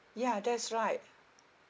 ya that's right